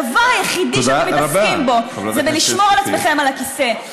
הדבר היחידי שמתעסקים בו זה בלשמור על עצמכם על הכיסא.